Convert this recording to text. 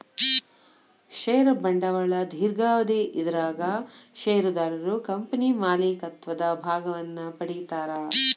ಷೇರ ಬಂಡವಾಳ ದೇರ್ಘಾವಧಿ ಇದರಾಗ ಷೇರುದಾರರು ಕಂಪನಿ ಮಾಲೇಕತ್ವದ ಭಾಗವನ್ನ ಪಡಿತಾರಾ